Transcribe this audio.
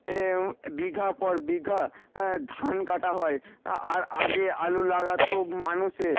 এ বিঘার পর বিঘা ধান কাটা হয় আর আগে আলু লাগাত মানুষে